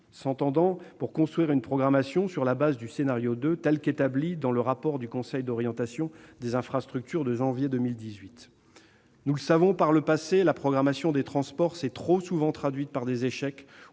s'entendant pour la construire sur la base du scénario 2 du rapport du Conseil d'orientation des infrastructures de janvier 2018. Nous le savons : par le passé, la programmation des transports s'est trop souvent traduite par des échecs